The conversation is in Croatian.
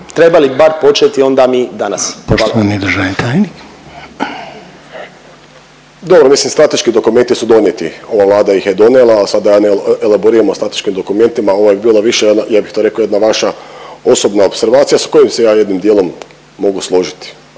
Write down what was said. (HDZ)** Poštovani državni tajnik. **Tušek, Žarko (HDZ)** Dobro, mislim strateški dokumenti su donijeti, ova Vlada ih je donijela, a sad da ja ne elaboriram o strateškim dokumentima, ovo je bilo više, ja bih to rekao jedna vaša osobna opservacija, s kojim se ja jednim dijelom mogu složiti